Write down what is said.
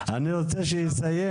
עכשיו אושר גם מפעל למחזור פסולת.